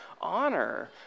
honor